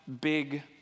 big